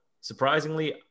surprisingly